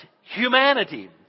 humanity